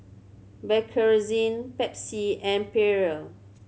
Bakerzin Pepsi and Perrier